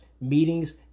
meetings